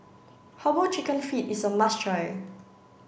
herbal chicken feet is a must try